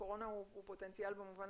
הקורונה היא פוטנציאל במובן